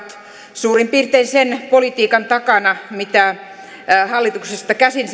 suurin piirtein sen politiikan takana mitä hallituksesta käsin